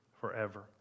Forever